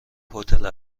هتل